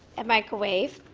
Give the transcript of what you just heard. and microwave.